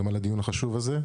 אלא גם על הדיון החשוב הזה.